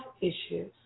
issues